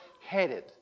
headed